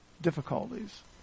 difficulties